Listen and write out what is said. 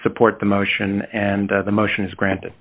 support the motion and the motion is granted